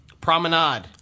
Promenade